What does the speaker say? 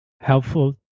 helpful